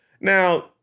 now